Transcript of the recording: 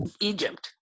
Egypt